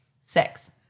six